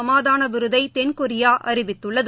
சமாதானவிருதைதென்கொரியாஅறிவித்துள்ளது